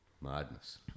Madness